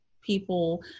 people